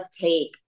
take